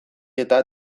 eta